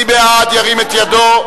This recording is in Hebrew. משרד התעשייה,